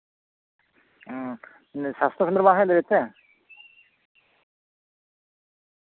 ᱚ ᱞᱟᱹᱭᱫᱟᱹᱧ ᱥᱟᱥᱛᱷᱚ ᱠᱮᱱᱫᱨᱚ ᱵᱟᱢ ᱦᱮᱡ ᱫᱟᱲᱮᱭᱟᱜ ᱛᱮ